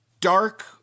dark